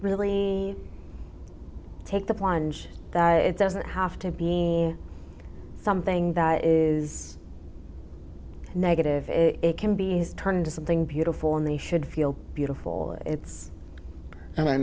really take the plunge that it doesn't have to be something that is negative it can be has turned into something beautiful and they should feel beautiful it's and i